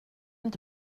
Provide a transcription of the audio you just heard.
inte